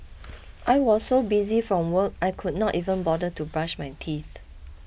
I was so busy from work I could not even bother to brush my teeth